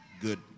good